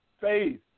faith